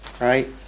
Right